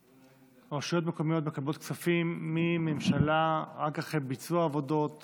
שרשויות מקומיות מקבלות כספים מממשלה רק אחרי ביצוע עבודות